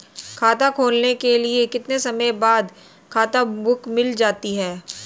खाता खुलने के कितने समय बाद खाता बुक मिल जाती है?